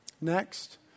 Next